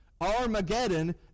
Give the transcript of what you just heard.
Armageddon